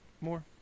More